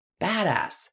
Badass